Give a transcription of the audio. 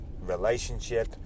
relationship